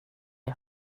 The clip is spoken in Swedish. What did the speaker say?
jag